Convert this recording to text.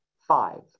five